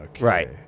right